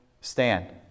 stand